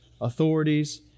authorities